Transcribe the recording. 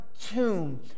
tomb